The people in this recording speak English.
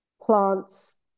plants